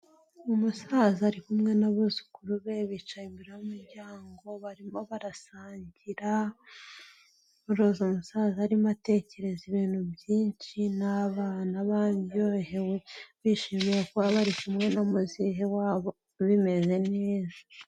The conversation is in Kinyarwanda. Umusaza ari kumwe n'abuzukuru be bicaye imbere y'umuryango barimo barasangira, uruzi umusaza arimo atekereza ibintu byinshi n'abana baryohewe bishimira kuba bari kumwe na muzehe wabo bimeze neza.